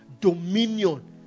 Dominion